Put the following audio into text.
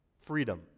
freedom